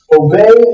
obey